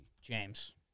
James